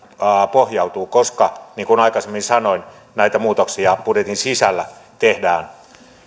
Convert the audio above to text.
pohjautuu koska niin kuin aikaisemmin sanoin näitä muutoksia budjetin sisällä tehdään